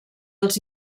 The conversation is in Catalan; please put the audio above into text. els